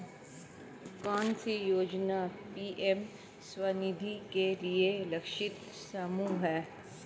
कौन सी योजना पी.एम स्वानिधि के लिए लक्षित समूह है?